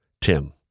Tim